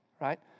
right